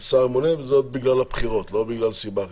השר הממונה וזאת בגלל הבחירות, לא בגלל סיבה אחרת.